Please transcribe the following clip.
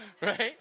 Right